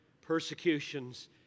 persecutions